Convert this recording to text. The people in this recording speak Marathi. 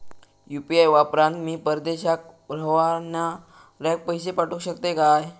यू.पी.आय वापरान मी परदेशाक रव्हनाऱ्याक पैशे पाठवु शकतय काय?